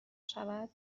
شود